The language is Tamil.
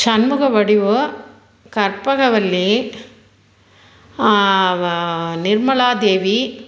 சண்முகவடிவு கற்பகவள்ளி நிர்மலா தேவி